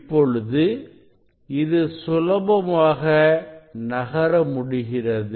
இப்பொழுது இது சுலபமாக நகர முடிகிறது